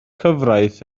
cyfraith